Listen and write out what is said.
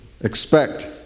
expect